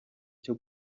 cyo